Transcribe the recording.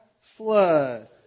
Flood